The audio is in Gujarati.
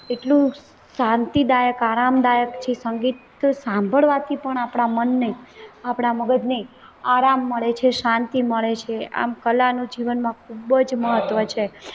એટલું શાંતિદાયક આરામદાયક છે સંગીત સાંભળવાથી પણ આપણાં મનને આપણાં મગજને આરામ મળે છે શાંતિ મળે છે આમ કલાનું જીવનમાં ખૂબ જ મહત્ત્વ છે